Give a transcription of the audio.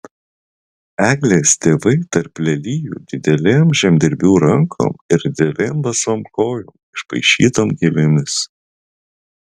eglės tėvai tarp lelijų didelėm žemdirbių rankom ir didelėm basom kojom išpaišytom gėlėmis